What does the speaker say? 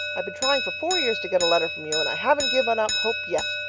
i've been trying for four years to get a letter from you and i haven't given up hope yet.